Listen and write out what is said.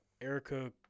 Erica